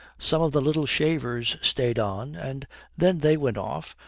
some of the little shavers stayed on and then they went off,